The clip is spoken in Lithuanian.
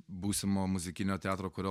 būsimo muzikinio teatro kurio